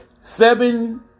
Seven